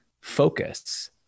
focus